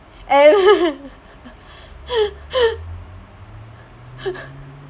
and